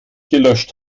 gelöscht